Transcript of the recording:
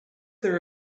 their